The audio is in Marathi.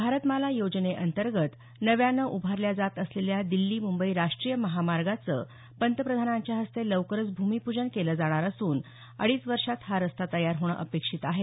भारतमाला योजनेअंतर्गत नव्यानं उभारल्या जात असलेल्या दिल्ली मुंबई राष्ट्रीय महामार्गाचं पंतप्रधानांच्या हस्ते लवकरच भूमिपूजन केलं जाणार असून अडीच वर्षांत हा रस्ता तयार होणं अपेक्षित आहे